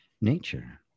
nature